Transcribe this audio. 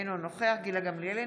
אינו נוכח גילה גמליאל,